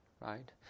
right